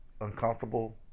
uncomfortable